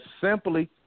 simply